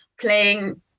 playing